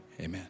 Amen